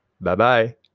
Bye-bye